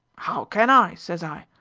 ow can i sez i.